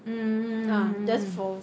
mm mm mm mm mm mm mm